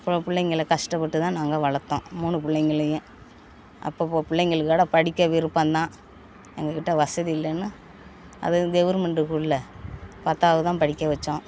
அப்புறம் பிள்ளைங்கள கஷ்டப்பட்டுதான் நாங்கள் வளர்த்தோம் மூணு பிள்ளைங்களையும் அப்பப்போ பிள்ளைங்கள் கூட படிக்க விருப்பந்தான் எங்கள்கிட்ட வசதி இல்லைன்னு அது கவுர்மெண்ட்டு ஸ்கூல்ல பத்தாவதுதான் படிக்க வச்சோம்